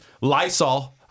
Lysol